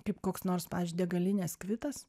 kaip koks nors pavyzdžiui degalinės kvitas